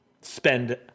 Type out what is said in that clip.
spend